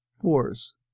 force